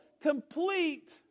complete